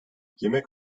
yemek